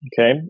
Okay